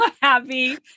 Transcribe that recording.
happy